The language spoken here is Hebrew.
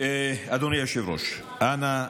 אדוני היושב-ראש, אנא,